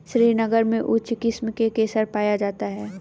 श्रीनगर में उच्च किस्म का केसर पाया जाता है